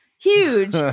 huge